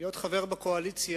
להיות חבר בקואליציה